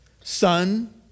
son